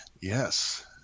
Yes